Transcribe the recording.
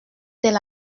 elle